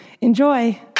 enjoy